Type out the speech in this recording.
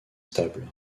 stable